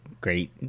great